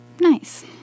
nice